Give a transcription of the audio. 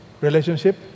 relationship